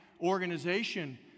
organization